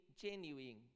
genuine